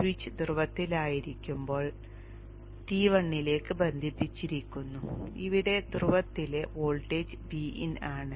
switch ധ്രുവത്തിലായിരിക്കുമ്പോൾ T1 ലേക്ക് ബന്ധിപ്പിച്ചിരിക്കുന്നു ഇവിടെ ധ്രുവത്തിലെ വോൾട്ടേജ് Vin ആണ്